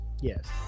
Yes